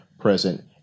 present